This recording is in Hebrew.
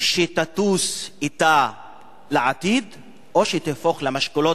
שתטוס אִתה לעתיד או שתהפוך למשקולות,